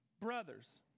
brothers